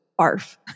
barf